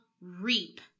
reap